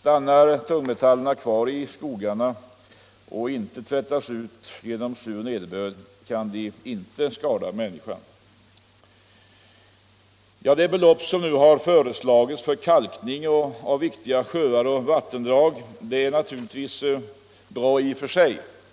Stannar tungmetallerna kvar i skogarna och inte tvättas ut genom sur nederbörd, kan de inte skada människan. Det belopp som föreslagits för kalkning av viktiga sjöar och vattendrag är naturligtvis